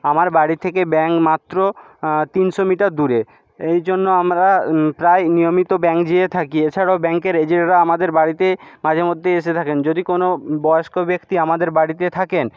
আমার বাড়ি থেকে ব্যাংক মাত্র তিনশো মিটার দূরে এই জন্য আমরা প্রায় নিয়মিত ব্যাংক যেয়ে থাকি এছাড়াও ব্যাংকের এজেন্টরা আমাদের বাড়িতে মাঝে মধ্যে এসে থাকেন যদি কোন বয়স্ক ব্যক্তি আমাদের বাড়িতে থাকেন